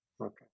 Okay